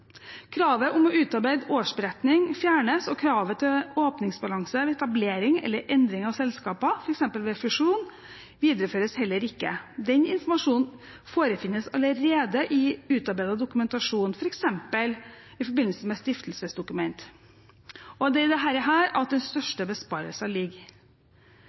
Kravet om å utarbeide årsberetning fjernes, og kravet til åpningsbalanse ved etablering eller endring av selskaper, f.eks. ved fusjon, videreføres heller ikke. Den informasjonen forefinnes allerede i utarbeidet dokumentasjon, f.eks. i forbindelse med stiftelsesdokument. Og det er